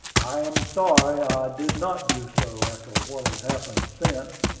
i am sorry i did not do so, after what has happened since.